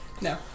No